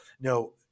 No